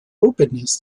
openness